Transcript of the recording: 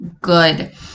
good